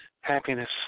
happiness